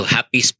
Happy